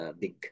big